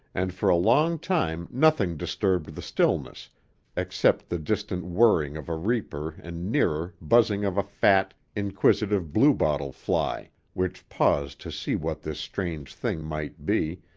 and for a long time nothing disturbed the stillness except the distant whirring of a reaper and nearer buzzing of a fat, inquisitive bluebottle fly, which paused to see what this strange thing might be,